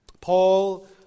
Paul